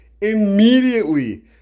immediately